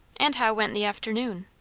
and how went the afternoon?